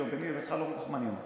או ביני לבינך לא כל כך מעניינים אותו.